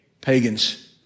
Pagans